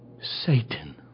Satan